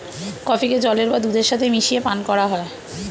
কফিকে জলের বা দুধের সাথে মিশিয়ে পান করা হয়